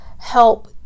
help